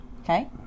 Okay